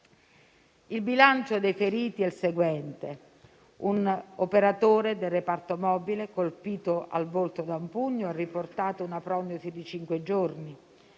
Il bilancio dei feriti è il seguente: un operatore del reparto mobile, colpito al volto da un pugno, ha riportato una prognosi di cinque giorni;